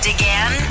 again